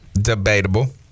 debatable